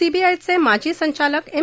सीबीआयचे माजी संचालक एम